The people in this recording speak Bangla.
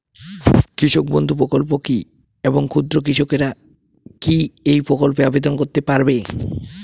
কৃষক বন্ধু প্রকল্প কী এবং ক্ষুদ্র কৃষকেরা কী এই প্রকল্পে আবেদন করতে পারবে?